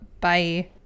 bye